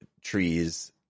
trees